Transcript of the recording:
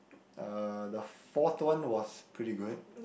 uh the forth one was pretty good